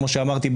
כמו שאמרתי,